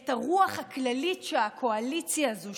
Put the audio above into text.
את הרוח הכללית שהקואליציה הזו,